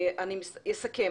לסיכום,